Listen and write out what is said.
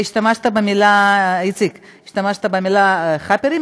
והשתמשת במילה, איציק, השתמשת במילה "חאפרים"?